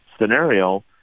scenario